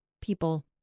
people